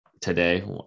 today